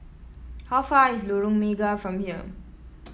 how far away is Lorong Mega from here